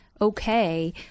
okay